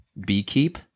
beekeep